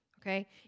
okay